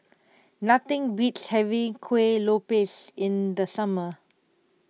nothing beats having Kueh Lopes in the summer